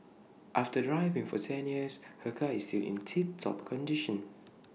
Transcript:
after driving for ten years her car is still in tip top condition